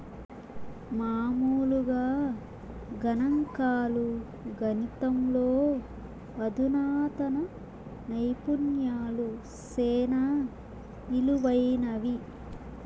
మామూలుగా గణంకాలు, గణితంలో అధునాతన నైపుణ్యాలు సేనా ఇలువైనవి